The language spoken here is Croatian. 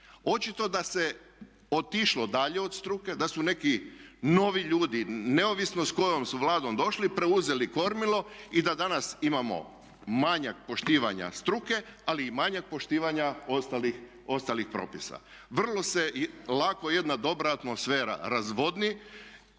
Očito da se otišlo dalje od struke, da su neki novi ljudi neovisno s kojom su vladom došli preuzeli kormilo i da danas imamo manjak poštivanja struke, ali i manjak poštivanja ostalih propisa. Vrlo se lako jedna dobra atmosfera razvodni